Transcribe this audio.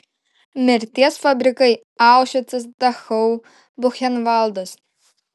mirties fabrikai aušvicas dachau buchenvaldas